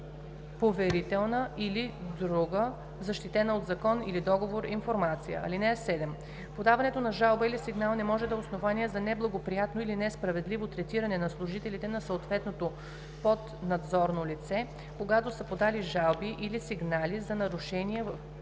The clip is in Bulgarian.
поверителна или друга защитена от закон или договор информация. (7) Подаването на жалба или сигнал не може да е основание за неблагоприятно или несправедливо третиране на служителите на съответното поднадзорно лице, когато са подали жалби или сигнали за нарушения в